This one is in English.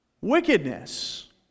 Wickedness